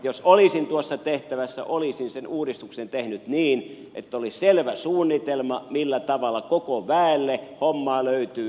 jos olisin tuossa tehtävässä olisin sen uudistuksen tehnyt niin että olisi selvä suunnitelma millä tavalla koko väelle hommaa löytyy